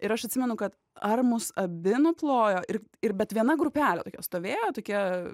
ir aš atsimenu kad ar mus abi nuplojo ir ir bet viena grupelė stovėjo tokia